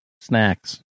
Snacks